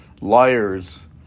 liars